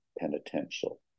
penitential